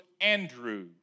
Andrew